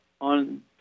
on